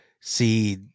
see